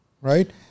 right